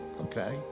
okay